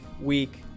week